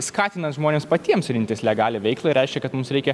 skatinant žmones patiems rinktis legalią veiklą ir reiškia kad mums reikia